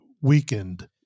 weakened